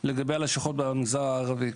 לגבי הלשכות במגזר הערבי.